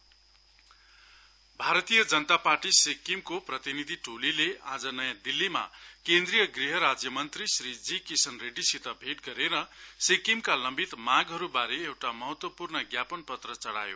BJP Sikkim Bharatiya Janata Party सिक्किमको प्रतिनिधि टोलीले आज नयाँ दिल्लीमा केन्द्रिय गृह राज्यमन्त्री श्री जी किशन रेड्डीसित भेट गरेर सिक्किमका लम्बित मागहरूबारे एउटा महत्वपूर्ण ज्ञापन पत्र चढाइयो